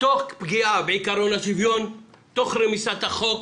תוך פגיעה בעיקרון השוויון, תוך רמיסת החוק.